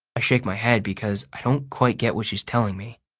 i shake my head because i don't quite get what she's telling me.